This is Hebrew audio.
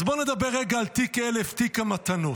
אז בוא נדבר רגע על תיק 1000, תיק המתנות.